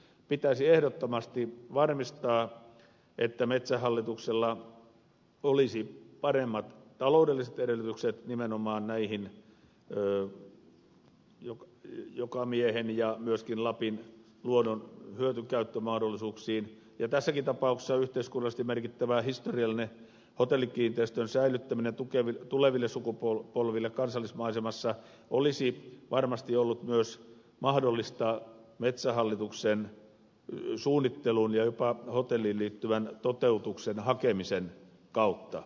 pitäisi ehdottomasti varmistaa että metsähallituksella olisi paremmat taloudelliset edellytykset nimenomaan näihin jokamiehen ja myöskin lapin luonnon hyötykäyttömahdollisuuksiin ja tässäkin tapauksessa yhteiskunnallisesti merkittävä historiallisen hotellikiinteistön säilyttäminen tuleville sukupolville kansallismaisemassa olisi varmasti ollut myös mahdollista metsähallituksen suunnittelun ja jopa hotelliin liittyvän toteutuksen hakemisen kautta